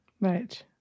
Right